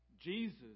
Jesus